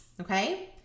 okay